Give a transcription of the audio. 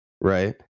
right